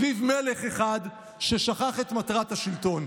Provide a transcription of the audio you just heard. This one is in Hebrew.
סביב מלך אחד ששכח את מטרת השלטון.